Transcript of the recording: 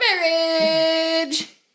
marriage